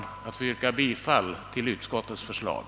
Jag yrkar bifall till utskottets hemställan.